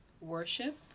worship